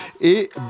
et